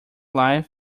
life